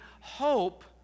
hope